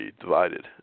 divided